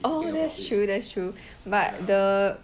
oh that's true that's true but the